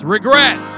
Regret